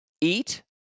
eat